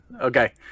Okay